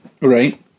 Right